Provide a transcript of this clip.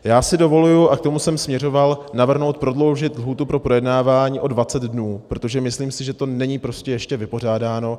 Já si dovoluji a k tomu jsem směřoval navrhnout prodloužit lhůtu pro projednávání o 20 dnů, protože si myslím, že to není prostě ještě vypořádáno.